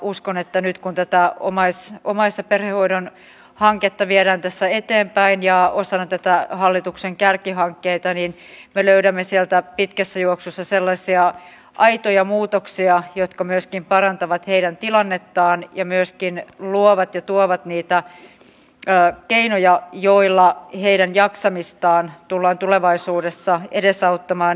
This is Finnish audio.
uskon että nyt kun tätä omais ja perhehoidon hanketta viedään tässä eteenpäin osana näitä hallituksen kärkihankkeita me löydämme sieltä pitkässä juoksussa sellaisia aitoja muutoksia jotka myöskin parantavat heidän tilannettaan ja myöskin luovat ja tuovat niitä keinoja joilla heidän jaksamistaan tullaan tulevaisuudessa edesauttamaan